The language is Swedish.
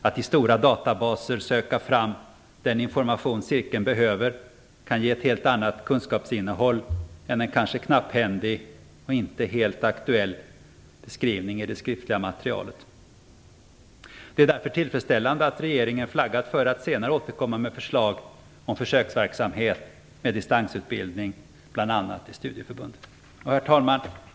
Att i stora databaser söka fram den information cirkeln behöver kan ge ett helt annat kunskapsinnehåll än en kanske knapphändig och inte helt aktuell beskrivning i det skriftliga materialet. Det är därför tillfredsställande att regeringen flaggat för att senare återkomma med förslag om försöksverksamhet med distansutbildning, bl.a. i studieförbunden. Herr talman!